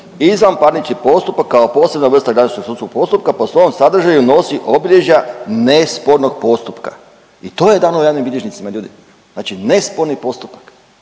izvanparnični postupak kao posebna vrsta građansko sudskog postupka po svojem sadržaju nosi obilježja nespornog postupka. I to je dano javnim bilježnicima ljudi, znači nesporni postupak.